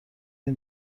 این